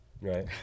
Right